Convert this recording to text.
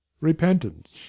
repentance